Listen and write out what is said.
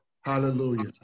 Hallelujah